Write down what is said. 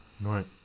Right